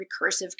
recursive